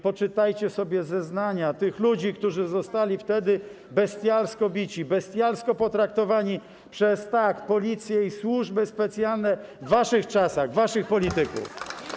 Poczytajcie sobie zeznania tych ludzi, którzy zostali wtedy bestialsko pobici, bestialsko potraktowani przez, tak, policję i służby specjalne w waszych czasach, czasach waszych polityków.